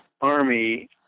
army